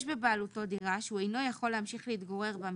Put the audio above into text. יש בבעלותו דירה שהוא אינו יכול להמשיך ולהתגורר בה,